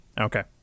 Okay